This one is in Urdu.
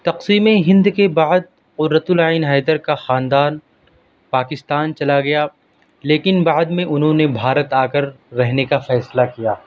تقسیم ہند کے بعد قرۃ العین حیدر کا خاندان پاکستان چلا گیا لیکن بعد میں انہوں نے بھارت آ کر رہنے کا فیصلہ کیا